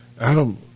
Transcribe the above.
Adam